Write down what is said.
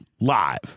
live